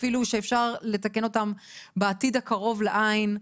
אפילו שאפשר לתקן אותן בעתיד הקרוב לעין.